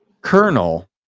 Colonel